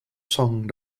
song